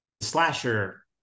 slasher